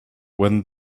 when